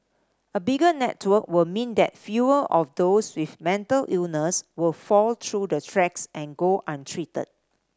a bigger network will mean that fewer of those with mental illness would fall through the tracks and go untreated